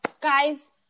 Guys